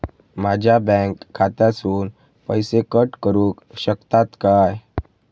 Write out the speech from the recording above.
माझ्या बँक खात्यासून पैसे कट करुक शकतात काय?